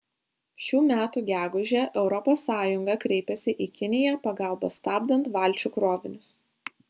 šių metų gegužę europos sąjunga kreipėsi į kiniją pagalbos stabdant valčių krovinius